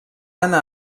anar